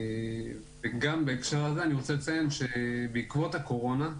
וגם בהקשר הזה אני רוצה לציין שבעקבות הקורונה,